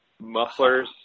mufflers